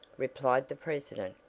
replied the president.